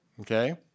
Okay